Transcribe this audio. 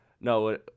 no